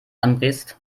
anbrichst